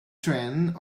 trend